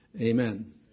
Amen